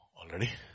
Already